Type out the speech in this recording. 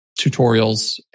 tutorials